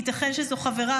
ייתכן שזו חברה,